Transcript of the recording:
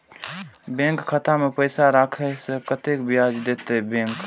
Bank खाता में पैसा राखे से कतेक ब्याज देते बैंक?